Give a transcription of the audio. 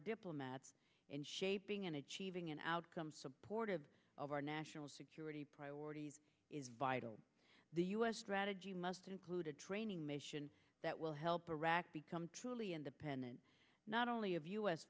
diplomats in shaping and achieving an outcome supportive of our national security priorities is vital the u s strategy must include a training mission that will help iraq become truly independent not only of u